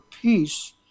peace